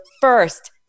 first